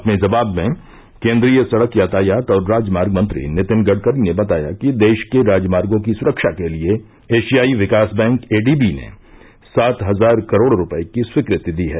अपने जवाब में केन्द्रीय सड़क यातायात और राजमार्ग मंत्री नितिन गड़करी ने बताया कि देश के राजमार्गों की सुरक्षा के लिए एशियाई विकास बैंक एडीबी ने सात हजार करोड़ रूपये की स्वीकृति दी है